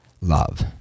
love